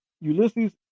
Ulysses